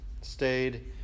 stayed